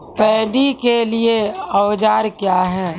Paddy के लिए औजार क्या हैं?